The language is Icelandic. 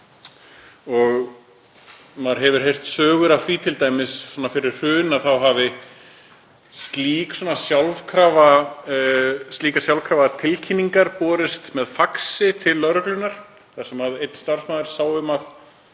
Maður hefur heyrt sögur af því t.d. fyrir hrun að þá hafi slíkar sjálfkrafa tilkynningar borist með faxi til lögreglunnar þar sem einn starfsmaður sá um að